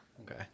okay